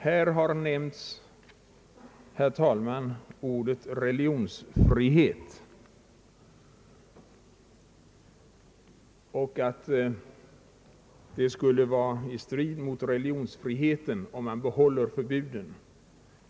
Här har nämnts, herr talman, ordet religionsfrihet och att det skulle vara i strid med religionsfriheten att behålla förbudet.